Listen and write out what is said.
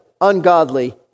ungodly